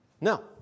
No